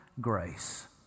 grace